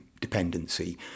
dependency